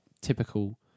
typical